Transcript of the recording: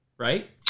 right